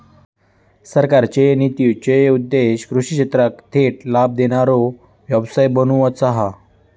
सरकारचे नितींचो उद्देश्य कृषि क्षेत्राक थेट लाभ देणारो व्यवसाय बनवुचा हा